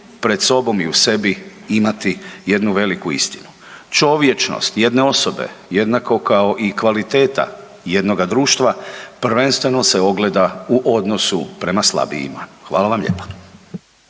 pred sobom i u sebi imati jednu veliku istinu. Čovječnost jedne osobe jednako kao i kvaliteta jednoga društva prvenstveno se ogleda u odnosu prema slabijima. Hvala vam lijepa.